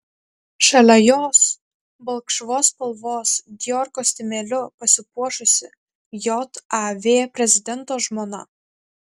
šalia jos balkšvos spalvos dior kostiumėliu pasipuošusi jav prezidento žmona